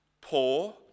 poor